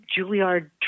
Juilliard